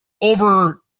over